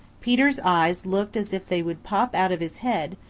peter's eyes looked as if they would pop out of his head,